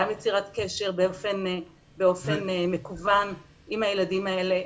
גם יצירת קשר באופן מקוון עם הילדים האלה.